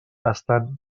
estan